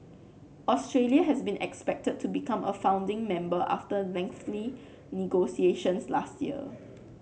Australia has been expected to become a founding member after lengthy negotiations last year